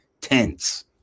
tense